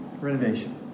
renovation